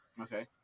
Okay